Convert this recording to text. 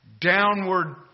downward